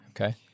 Okay